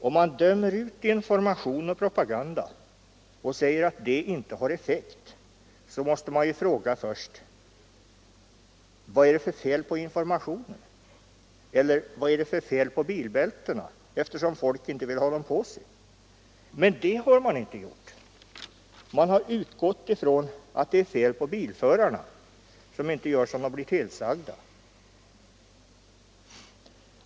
Om man dömer ut information och propaganda och säger att sådant inte har effekt, så måste man först fråga: Vad är det för fel på informationen eller vad är det för fel på bilbältena eftersom folk inte vill ha dem på sig? Men sådana frågor har man inte ställt. Man har utgått ifrån att det är fel på bilförarna som inte gör som de blir tillsagda.